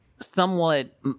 Somewhat